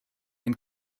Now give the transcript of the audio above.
and